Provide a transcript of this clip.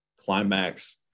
climax